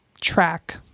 track